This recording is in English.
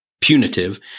punitive